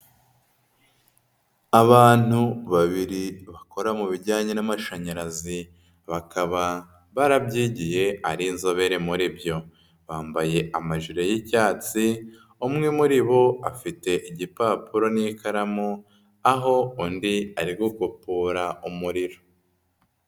Abantu babiri bakora mu bijyanye n'amashanyarazi, bakaba barabyigiye ari inzobere muri byo. Bambaye amajire y'icyatsi, umwe muri bo afite igipapuro n'ikaramu, aho undi ari gukupura umuriro.